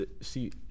see